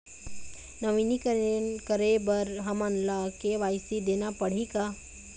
नवीनीकरण करे बर हमन ला के.वाई.सी देना पड़ही का?